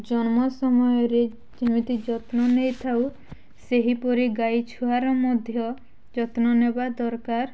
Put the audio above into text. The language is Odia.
ଜନ୍ମ ସମୟରେ ଯେମିତି ଯତ୍ନ ନେଇଥାଉ ସେହିପରି ଗାଈ ଛୁଆର ମଧ୍ୟ ଯତ୍ନ ନେବା ଦରକାର